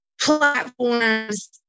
platforms